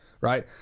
Right